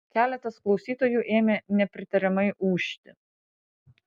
keletas klausytojų ėmė nepritariamai ūžti